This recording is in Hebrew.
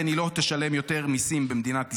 ולכן היא לא תשלם יותר מיסים במדינת ישראל.